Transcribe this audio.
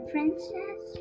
princess